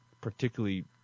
particularly